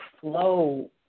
flow